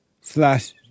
slash